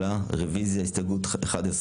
בעד הרוויזיה על הסתייגות ממספר 26 עד 33?